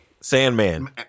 Sandman